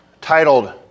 titled